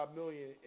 million